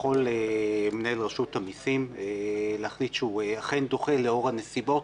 יכול מנהל רשות המיסים להחליט שהוא אכן דוחה לאור הנסיבות